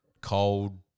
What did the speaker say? cold